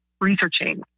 researching